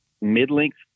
mid-length